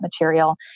material